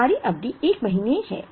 हमारी अवधि एक महीने है